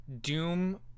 Doom